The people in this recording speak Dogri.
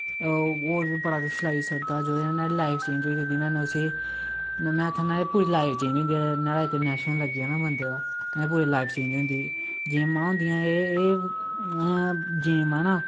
होर बी बड़ा किश लाई सकदा जेह्दे नै नोहाड़ी लाईफ चेंज होई सकदी नहाड़े नै उस्सी में आक्खा ना पूरी लाईफ चेंज होई नैशनल लग्गी जा ना बंदे ना नोहाड़ी पूरी लाईफ चेंज होई जंदी गेमां होंदियां गेमां एह् ना